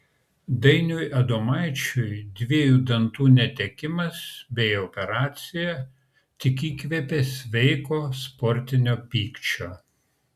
dainiui adomaičiui dviejų dantų netekimas bei operacija tik įkvėpė sveiko sportinio pykčio